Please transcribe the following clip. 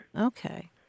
Okay